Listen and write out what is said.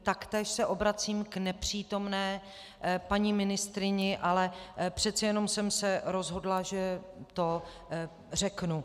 Taktéž se obracím k nepřítomné paní ministryni, ale přece jenom jsem se rozhodla, že to řeknu.